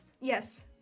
Yes